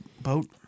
boat